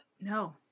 No